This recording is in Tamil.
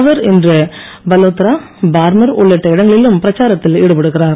அவர் இன்று பலோத்ரா பர்மர் உள்ளிட்ட இடங்களிலும் பிரச்சாரத்தில் ஈடுபடுகிறார்